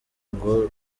ngo